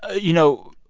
you know,